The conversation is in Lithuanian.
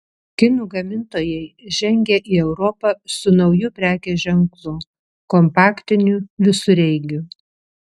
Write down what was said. kinų gamintojai žengia į europą su nauju prekės ženklu kompaktiniu visureigiu